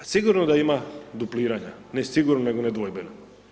A sigurno da ima dupliranja, ne sigurno nego nedvojbeno.